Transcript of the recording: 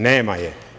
Nema je.